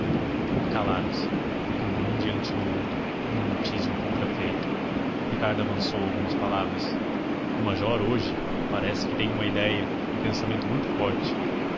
e calaram-se ficando um diante do outro num mutismo contrafeito ricardo avançou algumas palavras o major hoje parece que tem uma idéia um pensamento muito forte